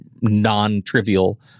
non-trivial